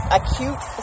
acute